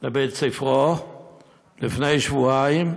לבית-ספרו לפני שבועיים?